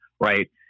Right